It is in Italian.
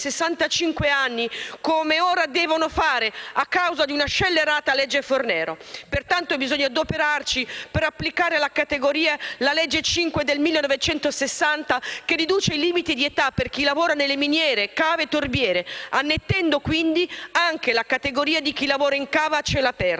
anni, come attualmente previsto dalla scellerata legge Fornero. Pertanto, bisogna adoperarsi per applicare alla categoria la legge n. 5 del 1960 che riduce il limite di età per chi lavora nelle miniere, cave e torbiere, annettendo quindi anche la categoria di chi lavora in cava a cielo aperto.